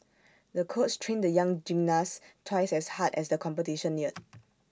the coach trained the young gymnast twice as hard as the competition neared